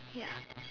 ya